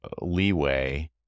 leeway